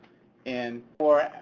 and for,